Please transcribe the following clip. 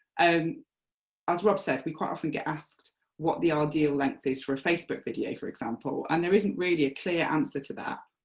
ah as rob said, we quite often get asked what the ideal length is for a facebook video for example, and there isn't really a clear answer to that,